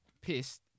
pissed